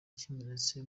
kimenetse